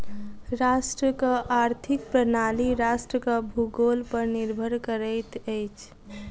राष्ट्रक आर्थिक प्रणाली राष्ट्रक भूगोल पर निर्भर करैत अछि